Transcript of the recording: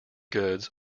goods